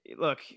look